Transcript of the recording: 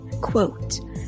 quote